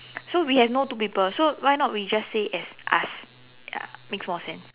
so we have no two people so why not we just say as us ya makes more sense